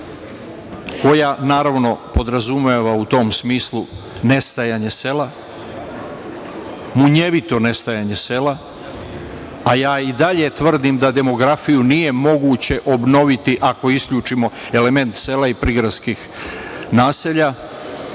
koja, naravno, podrazumeva u tom smislu nestajanje sela, munjevito nestajanje sela, a ja i dalje tvrdim da demografiju nije moguće obnoviti ako isključimo element sela i prigradskih naselja,